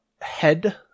head